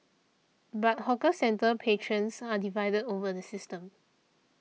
but hawker centre patrons are divided over the system